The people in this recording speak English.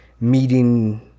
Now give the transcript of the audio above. meeting